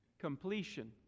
Completion